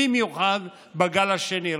במיוחד בגל השני.